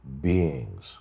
beings